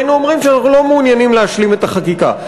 היינו אומרים שאנחנו לא מעוניינים להשלים את החקיקה,